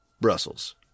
Brussels